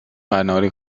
قناری